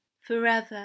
forever